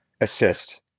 assist